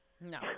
no